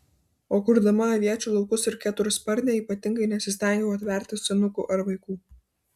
o kurdama aviečių laukus ir ketursparnę ypatingai nesistengiau atverti senukų ar vaikų